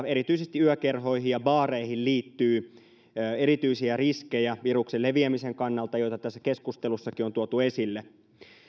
erityisesti yökerhoihin ja baareihin liittyy erityisiä riskejä viruksen leviämisen kannalta joita tässä keskustelussakin on tuotu esille